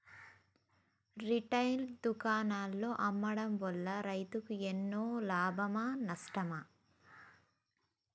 Retail దుకాణాల్లో అమ్మడం వల్ల రైతులకు ఎన్నో లాభమా నష్టమా?